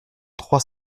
trois